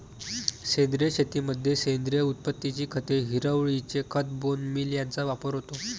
सेंद्रिय शेतीमध्ये सेंद्रिय उत्पत्तीची खते, हिरवळीचे खत, बोन मील यांचा वापर होतो